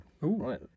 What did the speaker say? right